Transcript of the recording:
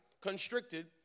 constricted